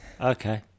Okay